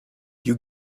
you